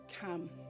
come